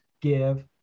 give